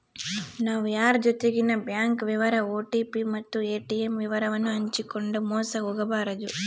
ನಾವು ಯಾರ್ ಜೊತಿಗೆನ ಬ್ಯಾಂಕ್ ವಿವರ ಓ.ಟಿ.ಪಿ ಮತ್ತು ಏ.ಟಿ.ಮ್ ವಿವರವನ್ನು ಹಂಚಿಕಂಡು ಮೋಸ ಹೋಗಬಾರದು